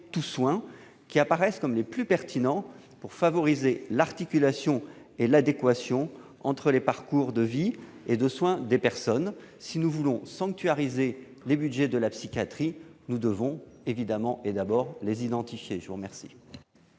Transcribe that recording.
structures qui semblent être les plus pertinentes pour favoriser l'articulation et l'adéquation entre les parcours de vie et de soins des personnes. Si nous voulons sanctuariser les budgets de la psychiatrie, nous devons d'abord les identifier. Quel